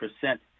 percent